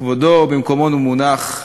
כבודו במקומו מונח,